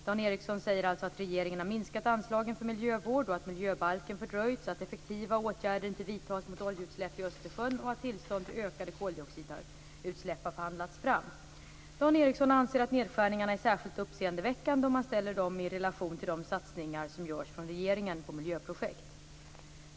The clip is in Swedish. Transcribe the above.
Dan Ericsson säger alltså att regeringen har minskat anslagen för miljövård och att miljöbalken fördröjts, att effektiva åtgärder inte vidtas mot oljeutsläpp i Östersjön och att tillstånd till ökade koldioxidutsläpp har förhandlats fram. Dan Ericsson anser att nedskärningarna är särskilt uppseendeväckande om man ställer dem i relation till de satsningar som görs från regeringen på miljöprojekt.